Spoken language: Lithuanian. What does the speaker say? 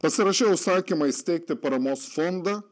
pasirašiau įsakymą įsteigti paramos fondą